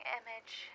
image